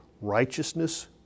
righteousness